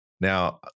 Now